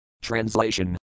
Translation